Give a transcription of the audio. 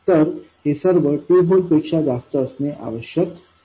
तर हे सर्व 2 व्होल्टपेक्षा जास्त असणे आवश्यक आहे